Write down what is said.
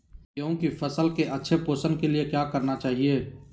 गेंहू की फसल के अच्छे पोषण के लिए क्या करना चाहिए?